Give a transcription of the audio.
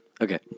Okay